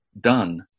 done